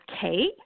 Kate